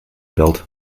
belt